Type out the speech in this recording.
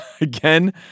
Again